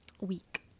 week